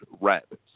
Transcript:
rabbits